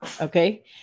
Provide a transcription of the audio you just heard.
Okay